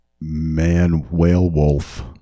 man-whale-wolf